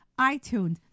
iTunes